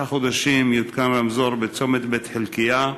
חודשים יותקן רמזור בצומת בית-חלקיה,